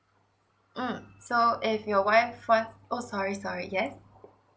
mm so if your wife one oh sorry sorry yes